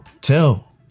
Tell